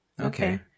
Okay